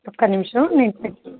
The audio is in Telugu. ఒక్క నిమిషం నేను